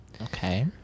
Okay